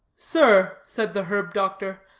sir, said the herb-doctor,